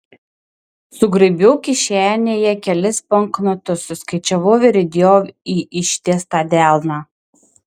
sugraibiau kišenėje kelis banknotus suskaičiavau ir įdėjau į ištiestą delną